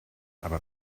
aber